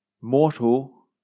mortal